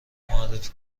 معرفی